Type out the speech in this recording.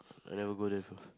I never go there before